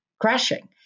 crashing